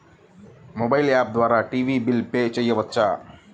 Mobile app ద్వారా TV bill pay చేయవచ్చా?